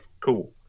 cool